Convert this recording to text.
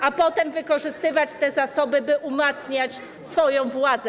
a potem wykorzystywać te zasoby, by umacniać swoją władzę.